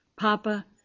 Papa